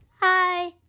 Hi